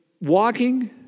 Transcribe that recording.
walking